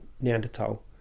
Neanderthal